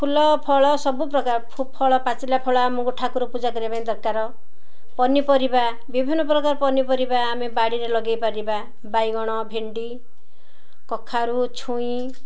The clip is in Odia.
ଫୁଲ ଫଳ ସବୁ ପ୍ରକାର ଫଳ ପାଚିଲା ଫଳ ଆମକୁ ଠାକୁର ପୂଜା କରିବା ପାଇଁ ଦରକାର ପନିପରିବା ବିଭିନ୍ନ ପ୍ରକାର ପନିପରିବା ଆମେ ବାଡ଼ିରେ ଲଗାଇ ପାରିବା ବାଇଗଣ ଭେଣ୍ଡି କଖାରୁ ଛୁଇଁ